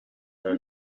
her